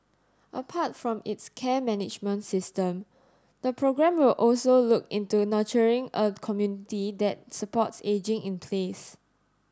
apart from its care management system the programme will also look into nurturing a community that supports ageing in place